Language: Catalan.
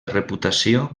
reputació